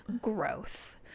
growth